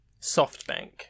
Softbank